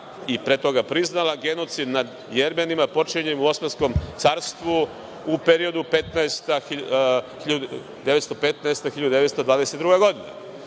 i pre toga priznala genocid nad Jermenima počinjen u Osmanskom carstvu u periodu od 1915. do 1922. godine. Već